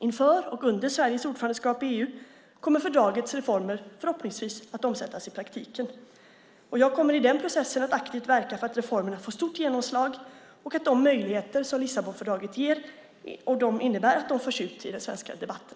Inför och under Sveriges ordförandeskap i EU kommer fördragets reformer förhoppningsvis att omsättas i praktiken. Jag kommer i den processen att aktivt verka för att reformerna får stort genomslag och att de möjligheter som Lissabonfördraget innebär förs ut i den svenska debatten.